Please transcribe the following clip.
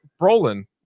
Brolin